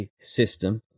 system